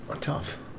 Tough